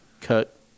Cut